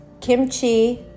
kimchi